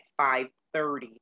5.30